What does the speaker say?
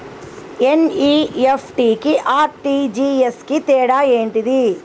NEFT కి RTGS కు తేడా ఏంటిది?